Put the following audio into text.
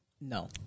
No